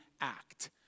act